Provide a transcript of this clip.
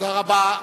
תודה רבה.